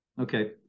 Okay